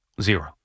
Zero